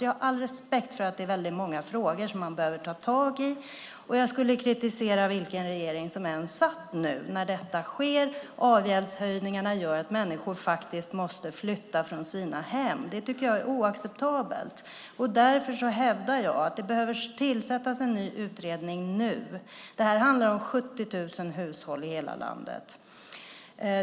Jag har all respekt för att det är väldigt många frågor som man behöver ta tag i, och jag skulle kritisera vilken regering som än satt nu när detta sker. Avgäldshöjningarna gör att människor faktiskt måste flytta från sina hem. Det tycker jag är oacceptabelt. Därför hävdar jag att det behöver tillsättas en ny utredning nu. Det handlar om 70 000 hushåll i hela landet.